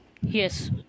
Yes